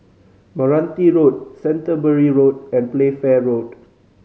Meranti Road Canterbury Road and Playfair Road